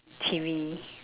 T_V